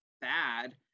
bad